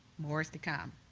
more is to come.